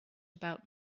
about